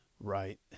Right